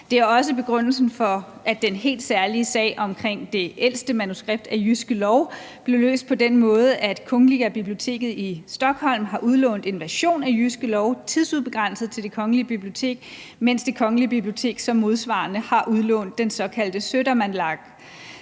Det er også begrundelsen for, at den helt særlige sag omkring det ældste manuskript af Jyske Lov blev løst på den måde, at Kungliga biblioteket i Stockholm udlånte en version af Jyske Lov tidsubegrænset til Det Kongelige Bibliotek, mens Det Kongelige Bibliotek så modsvarende har udlånt den såkaldte Södermanlag,